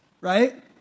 right